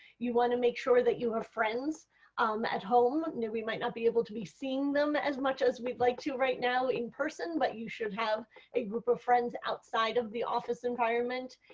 you want to make sure that you are friends um at home, and we might not be able to be seeing them as much as we would like to right now in person but you should have a group of friends outside of the office environment.